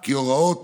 כי הוראת